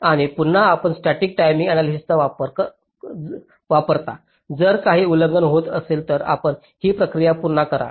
आणि पुन्हा आपण स्टॅटिक टाईमिंग आण्यालायसिस वापरता जर काही उल्लंघन होत असेल तर आपण ही प्रक्रिया पुन्हा करा